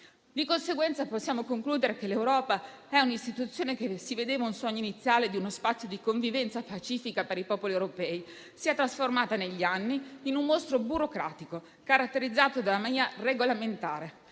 Di conseguenza possiamo concludere che l'Europa è un'istituzione che incarnava il sogno iniziale di uno spazio di convivenza pacifica per i popoli europei, ma si è trasformata negli anni in un mostro burocratico, caratterizzato da una mania regolamentare.